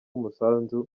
umusanzu